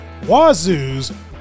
wazoo's